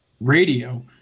radio